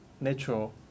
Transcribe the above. natural